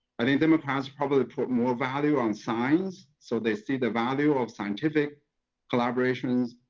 i think democrats probably put more value on science. so they see the value of scientific collaboration.